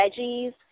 veggies